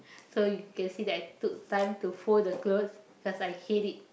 so you can see that I took time to fold the clothes cause I hate it